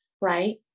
right